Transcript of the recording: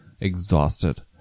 exhausted